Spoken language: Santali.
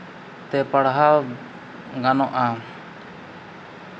ᱛᱮ ᱯᱟᱲᱦᱟᱣ ᱜᱟᱱᱚᱜᱼᱟ